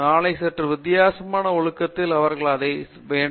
நாளை சற்று வித்தியாசமான ஒழுக்கத்தில் அவர்கள் அதை செய்ய வேண்டும்